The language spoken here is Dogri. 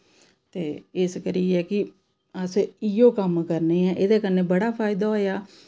ते इस करियै कि अस इ'यो कम्म करने आं एह्दे कन्नै बड़ा फैदा होआ